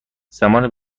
زمان